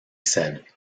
said